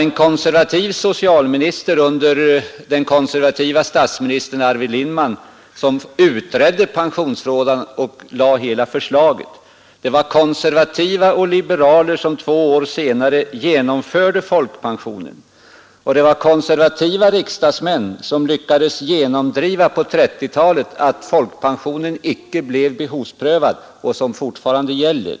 En konservativ socialminister under den konservative statsministern Arvid Lindman utredde pensionsfrågan och lade fram hela förslaget. Det var konservativa och liberaler som två år senare genomförde folkpensionen, och det var konservativa riksdagsmän som på 1930-talet lyckades genomdriva att folkpensionen icke blev behovsprövad, vilket fortfarande gäller.